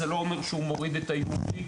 לא אומר שהוא מוריד את ה-UV,